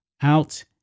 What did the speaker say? out